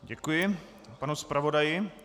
Děkuji panu zpravodaji.